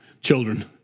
Children